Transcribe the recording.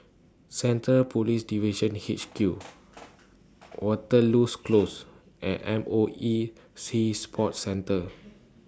Centre Police Division H Q Waterloo's Close and M O E Sea Sports Centre